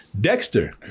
Dexter